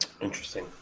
Interesting